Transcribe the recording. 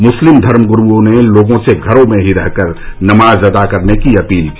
मुस्लिम धर्मगुरूओं ने लोगों से घरों में ही रहकर नमाज अदा करने की अपील की